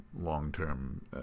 long-term